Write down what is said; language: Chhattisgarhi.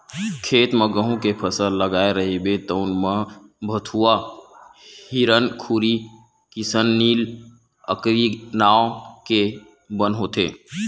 खेत म गहूँ के फसल लगाए रहिबे तउन म भथुवा, हिरनखुरी, किसननील, अकरी नांव के बन होथे